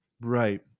Right